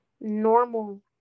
normal